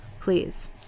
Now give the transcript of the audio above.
please